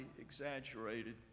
exaggerated